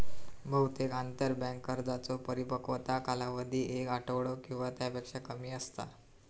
बहुतेक आंतरबँक कर्जांचो परिपक्वता कालावधी एक आठवडो किंवा त्यापेक्षा कमी असता